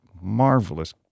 marvelous